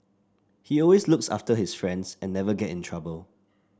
he always looks after his friends and never get in trouble